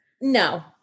No